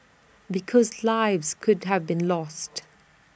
because lives could have been lost